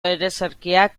ereserkiak